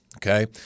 Okay